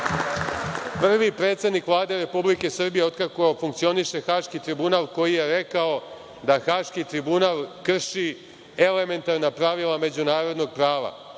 predsednik Vlade Republike Srbije od kako funkcioniše Haški tribunal koji je rekao da Haški tribunal krši elementarna pravila međunarodnog prava